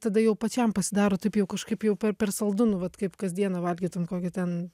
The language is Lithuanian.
tada jau pačiam pasidaro taip jau kažkaip jau pe per saldu nu vat kaip kasdieną valgytum kokį ten